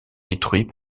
détruits